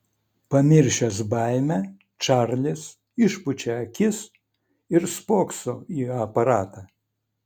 pamiršęs baimę čarlis išpučia akis ir spokso į aparatą